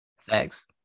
Thanks